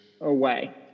...away